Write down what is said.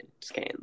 scan